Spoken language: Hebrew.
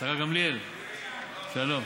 השרה גמליאל, שלום.